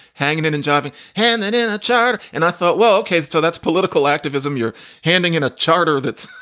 hanging in and jiving handed in a charter. and i thought, well, ok, so that's political activism. you're handing in a charter that's,